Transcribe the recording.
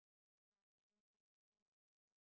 the ba~ bench is I think their parents